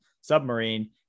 submarine